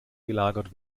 gelagert